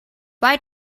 why